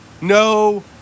No